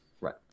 Right